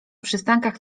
przystankach